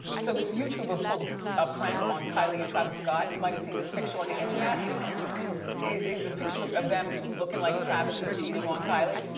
so, this youtuber pulled a prank on kylie and travis scott. you might have seen this picture on the internet. it is a picture of of them, looking like travis is cheating on kylie.